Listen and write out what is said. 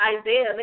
Isaiah